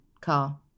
car